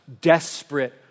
desperate